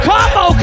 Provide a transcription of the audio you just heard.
Combo